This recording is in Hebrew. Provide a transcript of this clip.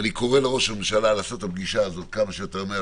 אני קורא לראש הממשלה לקיים את הפגישה הזאת כמה שיותר מהר,